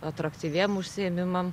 atraktyviem užsiėmimam